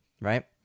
Right